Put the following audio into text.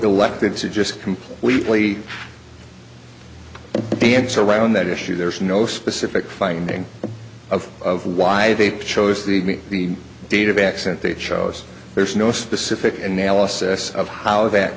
elected to just completely dance around that issue there's no specific finding of why they chose the date of accent they chose there's no specific analysis of how that